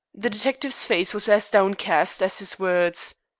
the detective's face was as downcast as his words.